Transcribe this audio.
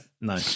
No